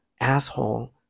asshole